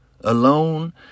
Alone